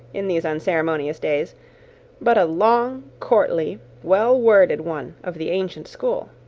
in these unceremonious days but a long, courtly, well-worded one of the ancient school.